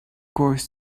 course